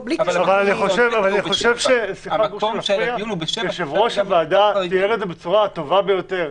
אני חושב שיושב-ראש הוועדה תיאר את זה בצורה הטובה ביותר,